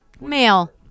Male